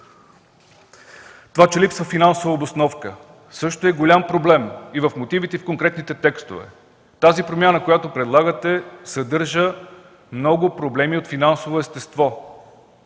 Това, че липсва финансова обосновка, също е голям проблем – и в мотивите, и в конкретните текстове. Промяната, която предлагате, съдържа много проблеми от финансово естество.